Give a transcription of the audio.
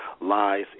lies